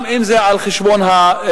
גם אם זה על חשבון הדמוקרטיה.